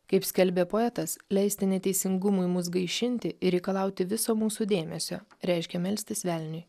kaip skelbė poetas leisti neteisingumui mus gaišinti ir reikalauti viso mūsų dėmesio reiškia melstis velniui